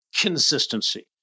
consistency